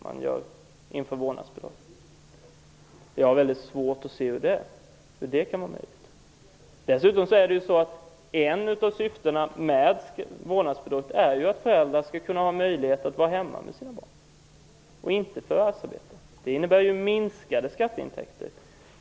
Hur det kan vara möjligt har jag svårt att se. Dessutom är ett av syftena med vårdnadsbidraget att föräldrarna skall kunna vara hemma med sina barn och inte förvärvsarbeta. Det innebär ju minskade skatteintäkter.